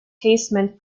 casement